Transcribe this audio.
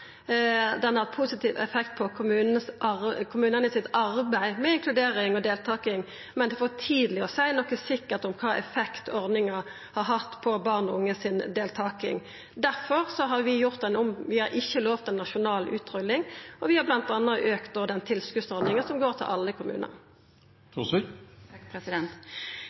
hatt positiv effekt på arbeidet kommunane gjer med inkludering og deltaking, men det er for tidleg å seia noko sikkert om kva effekt ordninga har hatt på deltakinga til barn og unge. Difor har vi ikkje lovt ei nasjonal utrulling, og vi har m.a. auka tilskotsordninga som går til alle kommunar.